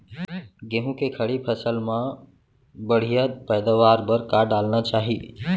गेहूँ के खड़ी फसल मा बढ़िया पैदावार बर का डालना चाही?